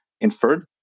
inferred